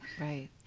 Right